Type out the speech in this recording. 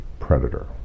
Predator